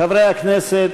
חברי הכנסת,